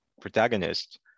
protagonist